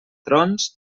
trons